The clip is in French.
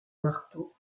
marteau